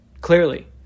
clearly